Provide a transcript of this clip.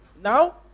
Now